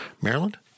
Maryland